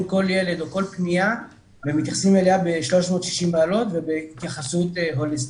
כל ילד או כל פנייה ומתייחסים אליה ב-360 מעלות ובהתייחסות הוליסטית.